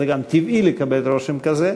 זה גם טבעי לקבל רושם כזה.